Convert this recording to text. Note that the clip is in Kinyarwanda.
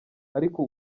ariko